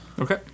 Okay